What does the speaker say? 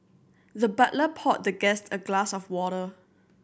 the butler poured the guest a glass of water